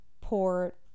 port